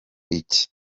iki